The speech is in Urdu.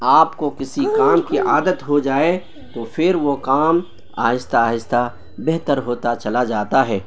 آپ کو کسی کام کی عادت ہو جائے تو پھر وہ کام آہستہ آہستہ بہتر ہوتا چلا جاتا ہے